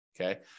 Okay